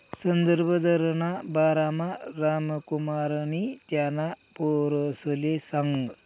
संदर्भ दरना बारामा रामकुमारनी त्याना पोरसले सांगं